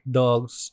dogs